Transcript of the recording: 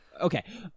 Okay